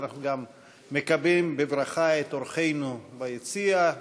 גם מקבלים בברכה את אורחינו ביציע,